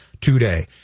today